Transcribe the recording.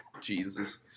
Jesus